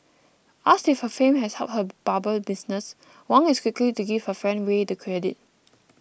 asked if her fame has helped her barber business Wang is quick to give her friend Way the credit